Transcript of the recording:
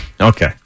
okay